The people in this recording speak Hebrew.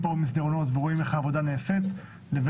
במסדרונות הכנסת ורואים איך העבודה נעשית לבין